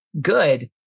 good